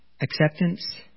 acceptance